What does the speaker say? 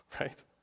right